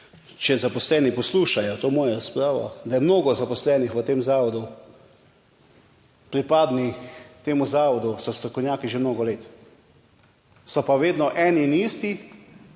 če zaposleni poslušajo to mojo razpravo, da je mnogo zaposlenih v tem zavodu pripadnih temu zavodu, so strokovnjaki že mnogo let, so pa vedno eni in isti,